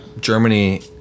Germany